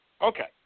Okay